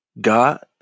God